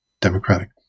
democratic